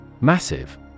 Massive